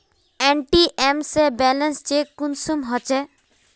ATM से balance check कुंसम होचे?